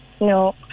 No